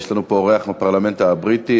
יש לנו פה אורח מהפרלמנט הבריטי,